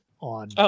on